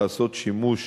לעשות שימוש